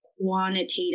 quantitative